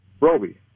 Roby